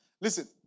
Listen